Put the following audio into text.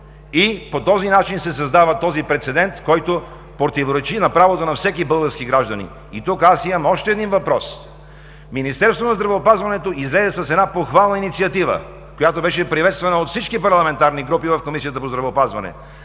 и по този начин се създава този прецедент, който противоречи на правото на всеки български гражданин. И тук имам още един въпрос. Министерството на здравеопазването излезе с една похвална инициатива, която беше приветствана от всички парламентарни групи в Комисията по здравеопазването